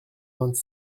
vingt